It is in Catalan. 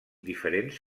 diferents